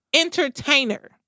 entertainer